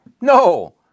no